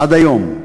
עד היום,